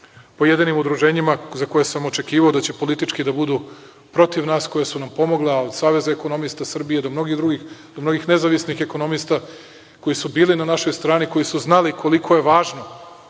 pojedinim udruženjima za koja sam očekivao da će politički da budu protiv nas koja su nam pomogla, a od Saveza ekonomista Srbije i do mnogih drugih, do mnogih nezavisnih ekonomista koji su bili na našoj strani, koji su znali koliko je važno